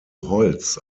holz